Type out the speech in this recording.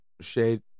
shade